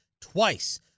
twice